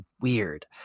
weird